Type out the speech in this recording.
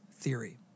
theory